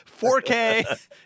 4K